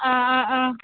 ஆ ஆ ஆ